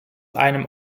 einem